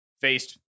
faced